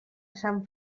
sant